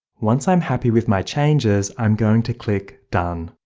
once i'm happy with my changes i'm going to click done.